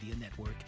Network